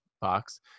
box